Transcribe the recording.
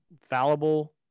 fallible